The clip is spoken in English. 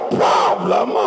problem